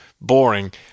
boring